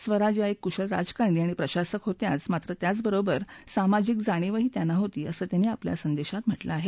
स्वराज या एक कुशल राजकारणी आणि प्रशासक होत्याच मात्र त्याचबरोबर सामाजिक जाणीवही त्यांना होती असं त्यांनी आपल्या संदेशात म्हटलं आहे